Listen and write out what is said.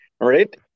Right